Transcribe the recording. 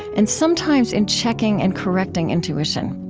and sometimes, in checking and correcting intuition.